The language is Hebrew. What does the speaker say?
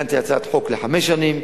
הכנתי הצעת חוק לחמש שנים,